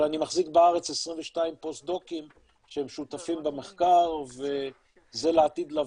אבל אני מחזיק בארץ 22 פוסט דוקים שהם שותפים במחקר וזה לעתיד לבוא.